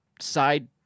side